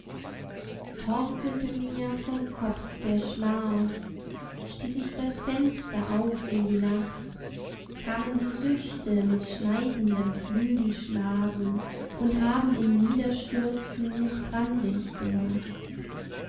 torkelte mir vom kopf der schlaf stieß ich das fenster auf in die nacht kamen die süchte mit schneidendem flügelschlagen und haben im niederstürzen mich brandig gemacht